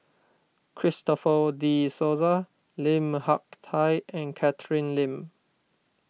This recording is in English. Christopher De Souza Lim Hak Tai and Catherine Lim